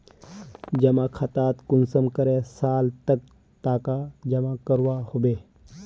जमा खातात कुंसम करे साल तक टका जमा करवा होबे?